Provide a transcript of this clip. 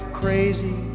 crazy